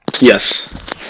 Yes